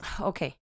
Okay